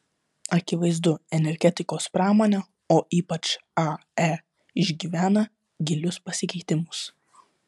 akivaizdu energetikos pramonė o ypač ae išgyvena gilius pasikeitimus